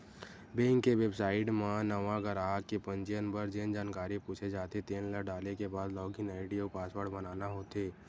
bank के website म नवा गराहक के पंजीयन बर जेन जानकारी पूछे जाथे तेन ल डाले के बाद लॉगिन आईडी अउ पासवर्ड बनाना होथे